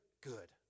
Good